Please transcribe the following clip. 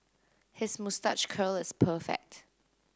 his moustache curl is perfect